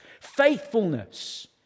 Faithfulness